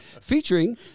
featuring